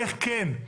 איך כן.